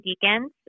Deacons